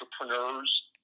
entrepreneurs